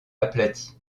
aplaties